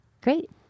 Great